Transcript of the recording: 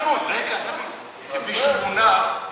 הליכוד לא מפטר אף אחד, הוא לא בתוך החוק הנורבגי.